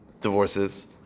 divorces